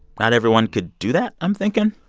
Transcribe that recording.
not everyone could do that, i'm thinking?